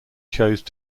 chose